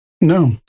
No